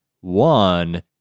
One